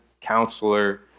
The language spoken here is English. counselor